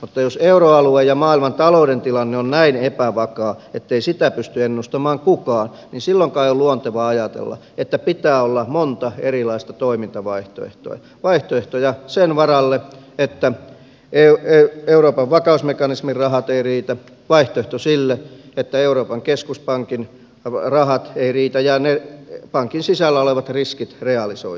mutta jos euroalue ja maailman talouden tilanne on näin epävakaa ettei sitä pysty ennustamaan kukaan niin silloin kai on luontevaa ajatella että pitää olla monta erilaista toimintavaihtoehtoa vaihtoehtoja sen varalle että euroopan vakausmekanismin rahat eivät riitä vaihtoehto sille että euroopan keskuspankin rahat eivät riitä ja ne pankin sisällä olevat riskit realisoituvat